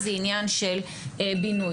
זה עניין של בינוי.